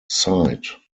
side